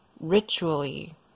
Ritually